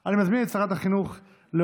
ואני מברך את שרת החינוך על